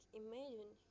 imagine